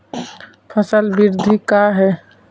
फसल वृद्धि का है?